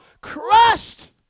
crushed